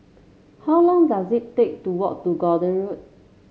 how long dose it take to walk to Gordon Road